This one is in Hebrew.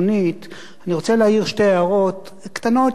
אני רוצה להעיר שתי הערות קטנות של סגנון.